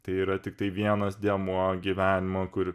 tai yra tiktai vienas dėmuo gyvenimo kur